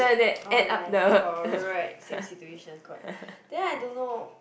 alright ya ya correct same situation then I don't know